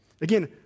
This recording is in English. Again